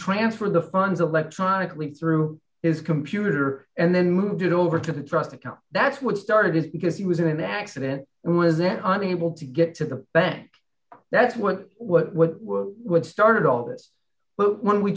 transfer the funds electronically through his computer and then moved it over to the trust account that's what started it because he was in an accident and was there on able to get to the bank that's what what what what started all this but when we